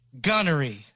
gunnery